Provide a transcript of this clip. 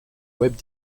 web